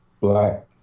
black